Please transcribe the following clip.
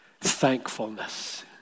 thankfulness